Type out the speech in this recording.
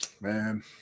man